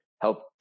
help